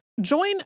Join